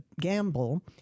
gamble